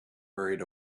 hurried